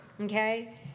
Okay